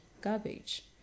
garbage